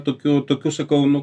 tokių tokių sakau nu